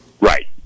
Right